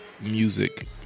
music